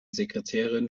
sekretärin